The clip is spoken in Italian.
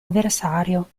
avversario